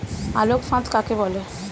আলোক ফাঁদ কাকে বলে?